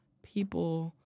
people